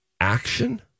action